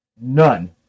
none